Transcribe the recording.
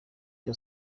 cya